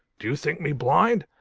do you think me blind?